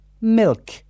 milk